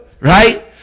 right